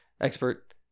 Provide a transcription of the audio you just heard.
expert